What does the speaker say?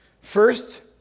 first